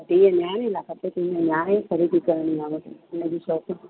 हीअ न्याणी लाइ खपे त हीअ न्याणी जी ख़रीदी करणी आहे हिन जी शॉपिंग